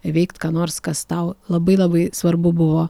veikt ką nors kas tau labai labai svarbu buvo